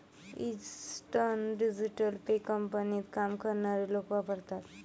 instant digital pay कंपनीत काम करणारे लोक वापरतात